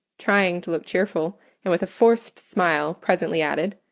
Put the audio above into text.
trying to look cheerful and with a forced smile presently added,